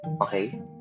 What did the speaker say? Okay